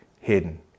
hidden